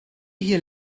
hier